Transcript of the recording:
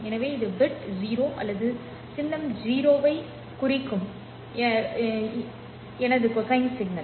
எனவே இது பிட் 0 அல்லது சின்னம் 0 ஐ குறிக்கும் எனது கொசைன் சிக்னல்